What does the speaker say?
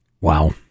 Wow